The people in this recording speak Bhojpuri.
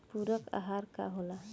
पुरक अहार का होला?